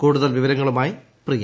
കൂടുതൽ വിവരങ്ങളുമായി പ്രിയ